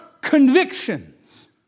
convictions